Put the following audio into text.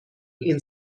این